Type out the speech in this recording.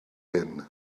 hyn